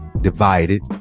divided